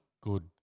good